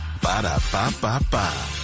Ba-da-ba-ba-ba